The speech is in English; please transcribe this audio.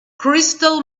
crystal